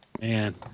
Man